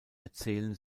erzählen